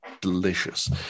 delicious